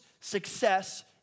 success